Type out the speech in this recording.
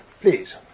please